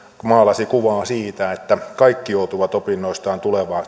kun maalasi kuvaa siitä että kaikki joutuvat opinnoistaan